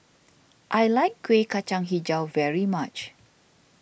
I like Kueh Kacang HiJau very much